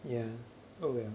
yeah